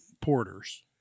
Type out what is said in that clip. Porter's